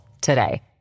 today